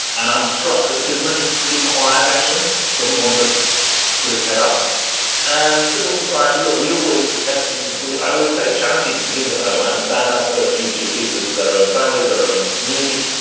and i'm struck that business is pretty quiet, actually doesn't want to put his head up and civil society. look, we always have to we i always say charity begins at home. i understand that the first duty of people is to their own families, their own communities.